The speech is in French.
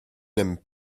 n’aiment